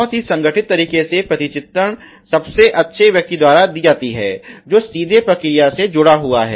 बहुत ही संगठित तरीके से प्रतिचित्रण सबसे अच्छे व्यक्ति द्वारा दी जाती है जो सीधे प्रक्रिया से जुड़ा हुआ है